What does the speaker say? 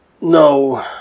No